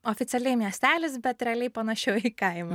oficialiai miestelis bet realiai panašiau į kaimą